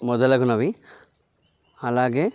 మొదలగునవి అలాగే